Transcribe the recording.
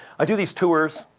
i do these tours.